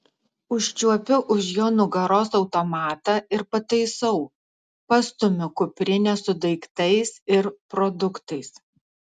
užčiuopiu už jo nugaros automatą ir pataisau pastumiu kuprinę su daiktais ir produktais